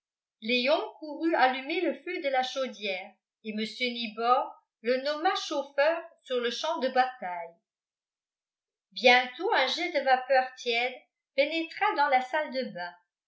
léon courut allumer le feu de la chaudière et mr nibor le nomma chauffeur sur le champ de bataille bientôt un jet de vapeur tiède pénétra dans la salle de bain